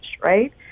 right